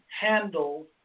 handle